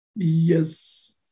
Yes